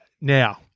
Now